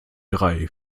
drei